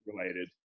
related